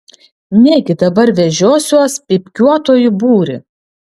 negi dabar vežiosiuos pypkiuotojų būrį